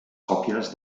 còpies